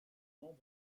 membre